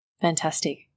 Fantastic